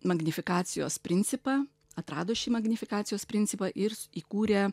magnifikacijos principą atrado šį magnifikacijos principą ir įkūrė